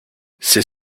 c’est